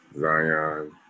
Zion